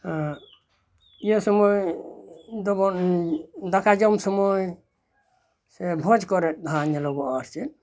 ᱤᱭᱟᱹ ᱥᱳᱢᱚᱭ ᱫᱚᱵᱚᱱ ᱫᱟᱠᱟ ᱡᱚᱢ ᱥᱳᱢᱚᱭ ᱥᱮ ᱵᱷᱚᱡᱽ ᱠᱚᱨᱮ ᱦᱚᱸ ᱧᱮᱞᱚᱜᱚᱜᱼᱟ ᱟᱨᱪᱮᱫ